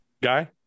Guy